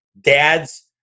dad's